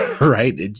right